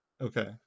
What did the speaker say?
Okay